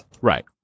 right